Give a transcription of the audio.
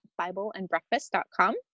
BibleandBreakfast.com